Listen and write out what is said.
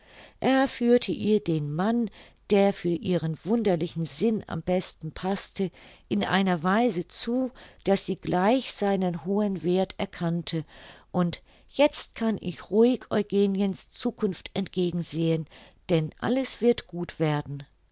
er führte ihr den mann der für ihren wunderlichen sinn am besten paßte in einer weise zu daß sie gleich seinen hohen werth erkannte und jetzt kann ich ruhig eugeniens zukunft entgegen sehen denn alles wird gut werden